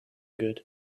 good